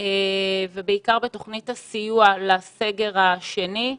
ובעיקר בתוכנית הסיוע לסגר השני.